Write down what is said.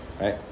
right